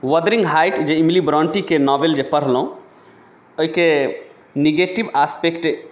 वोदरिङ्ग Height जे Emily ब्रोंटीके novel जे पढ़लहुँ एहिके निगेटिव आस्पेक्ट